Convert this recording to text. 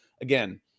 again